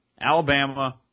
Alabama